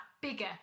bigger